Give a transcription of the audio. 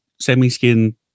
semi-skin